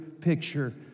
picture